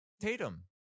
Tatum